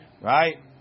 right